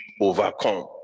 overcome